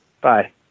Bye